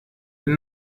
den